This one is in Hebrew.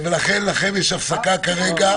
ולכן יש הפסקה כרגע.